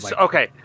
Okay